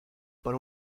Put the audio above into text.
por